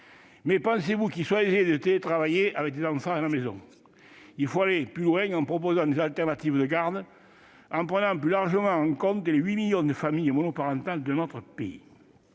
autant qu'il soit aisé de télétravailler avec des enfants à la maison ? Il faut aller plus loin en proposant des alternatives de garde, en prenant plus largement en compte les 8 millions de familles monoparentales de notre pays.